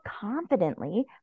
confidently